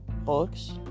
books